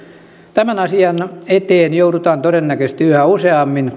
tämän asian eteen joudutaan todennäköisesti yhä useammin